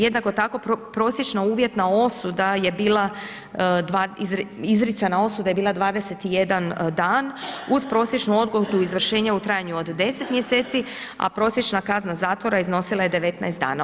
Jednako tako, prosječna uvjetna osuda je bila, izricana osuda je bila 21 dana uz prosječnu odgodu izvršenja u trajanju od 10. mjeseci, a prosječna kazna zatvora iznosila je 19 dana.